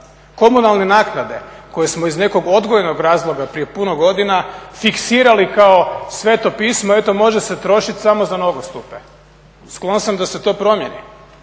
Komunalne naknade koje smo iz nekog odgojnog razloga prije puno godina fiksirali kao sv. Pismo eto može se trošiti samo za nogostupe. Sklon sam da se to promijeni.